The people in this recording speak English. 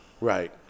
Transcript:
Right